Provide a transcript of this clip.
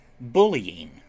bullying